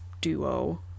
duo